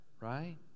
right